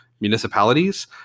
municipalities